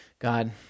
God